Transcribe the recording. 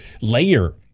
layer